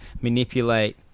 manipulate